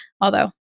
Although-